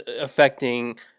affecting